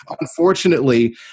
unfortunately